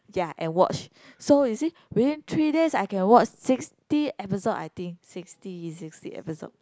ya and watch so you see within three days I can watch sixty episode I think sixty is sixty episode